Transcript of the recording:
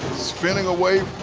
spinning away,